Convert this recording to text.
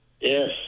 Yes